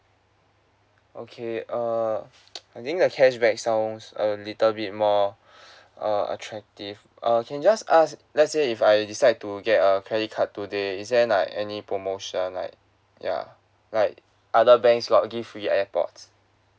okay err I think the cashback sounds a little bit more uh attractive uh can just ask let's say if I decide to get a credit card today is there like any promotion like ya like other banks got give free Airpods